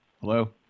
Hello